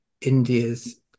India's